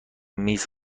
میز